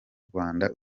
rwanda